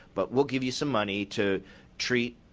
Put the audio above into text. but we'll give you some money to treat